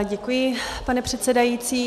Děkuji, pane předsedající.